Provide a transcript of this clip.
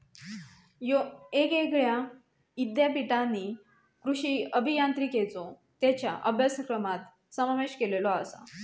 येगयेगळ्या ईद्यापीठांनी कृषी अभियांत्रिकेचो त्येंच्या अभ्यासक्रमात समावेश केलेलो आसा